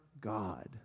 God